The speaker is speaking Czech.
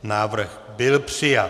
Návrh byl přijat.